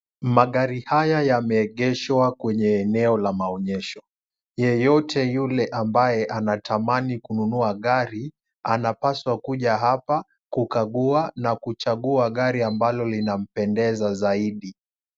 Magari haya yameegeshwa kwenye eneo la maonyesho, yeyote yule ambaye tamani kununua gari anapaswa Kuja hapa kukakuwa na kujakuwa gari ambayo linampendeza zaidi .